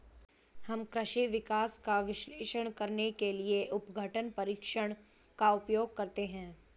हम कृषि विकास का विश्लेषण करने के लिए अपघटन परीक्षण का उपयोग करते हैं